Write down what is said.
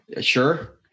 Sure